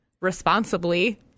responsibly